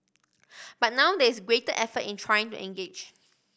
but now there is greater effort in trying to engage